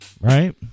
Right